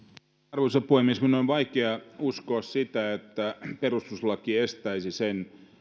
arvoisa puhemies minun on vaikea uskoa että perustuslaki estäisi sen